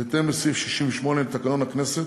בהתאם לסעיף 68 לתקנון הכנסת,